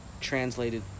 translated